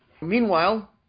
Meanwhile